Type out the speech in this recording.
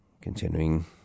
Continuing